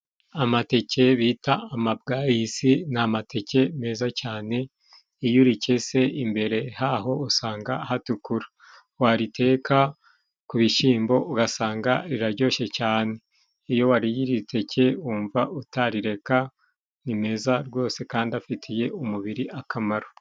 Amateke bita amabwayisi ni amateke meza cyane iyo urikese imbere haho usanga hatukura wariteka ku bishyimbo ugasanga riraryoshye cyane iyo waririye iri teke wumva utarireka nimeza rwose kandi afitiye umubiri akamaro.